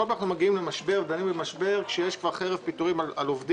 כל פעם אנחנו דנים במשבר כאשר יש כבר חרב פיטורים מעל ראשי העובדים.